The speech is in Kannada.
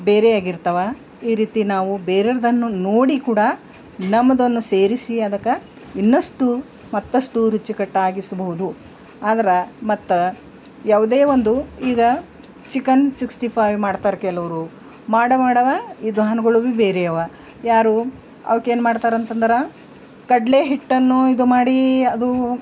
ಬೇರೆ ಆಗಿರ್ತಾವೆ ಈ ರೀತಿ ನಾವು ಬೇರೆರ್ದನ್ನು ನೋಡಿ ಕೂಡ ನಮ್ದನ್ನು ಸೇರಿಸಿ ಅದಕ್ಕೆ ಇನ್ನಷ್ಟು ಮತ್ತಷ್ಟು ರುಚಿಕಟ್ಟಾಗಿಸಭೌದು ಆದ್ರೆ ಮತ್ತೆ ಯಾವುದೇ ಒಂದು ಈಗ ಚಿಕನ್ ಸಿಕ್ಸ್ಟಿ ಫೈವ್ ಮಾಡ್ತಾರೆ ಕೆಲವರು ಮಾಡು ಮಾಡುವ ವಿಧಾನಗಳು ಭೀ ಬೇರೆ ಅವ ಯಾರು ಅವ್ಕೇನು ಮಾಡ್ತಾರೆ ಅಂತಂದ್ರೆ ಕಡಲೆ ಹಿಟ್ಟನ್ನು ಇದು ಮಾಡಿ ಅದು